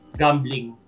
gambling